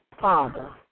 Father